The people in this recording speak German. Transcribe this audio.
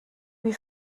wie